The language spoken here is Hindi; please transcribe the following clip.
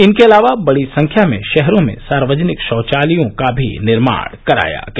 इनके अलावा बड़ी संख्या में शहरों में सार्वजनिक शौचालयों का भी निर्माण कराया गया